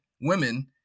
women